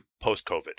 post-covid